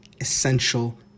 essential